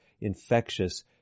infectious